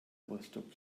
rostock